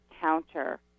counter